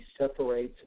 separates